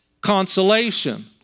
consolation